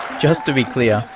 just to be clear,